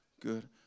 Good